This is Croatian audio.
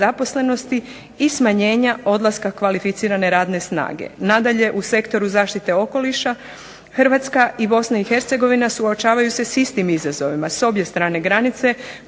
i smanjenja odlaska kvalificirane radne snage. Nadalje u sektoru zaštite okoliša, Hrvatska i Bosna i Hercegovina suočavaju se s istim izazovima, s obje strane granice